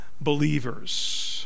believers